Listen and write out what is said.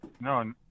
No